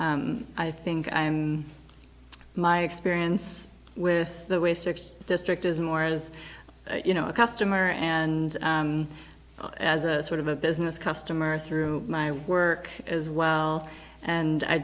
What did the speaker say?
i think i'm my experience with the way sixth district is more as you know a customer and as a sort of a business customer through my work as well and i